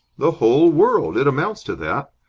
the whole world. it amounts to that.